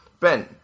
Ben